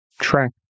Track